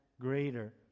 greater